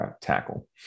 tackle